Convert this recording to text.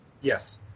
Yes